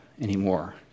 anymore